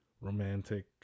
romantic